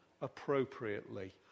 appropriately